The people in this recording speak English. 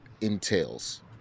entails